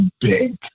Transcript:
big